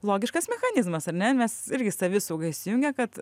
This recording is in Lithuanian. logiškas mechanizmas ar ne nes irgi savisauga įsijungia kad